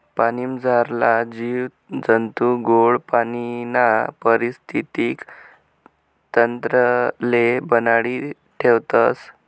पाणीमझारला जीव जंतू गोड पाणीना परिस्थितीक तंत्रले बनाडी ठेवतस